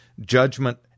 Judgment